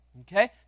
okay